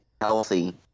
healthy